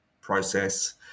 process